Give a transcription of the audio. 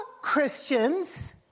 Christians